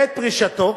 בעת פרישתו,